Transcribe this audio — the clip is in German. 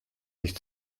sich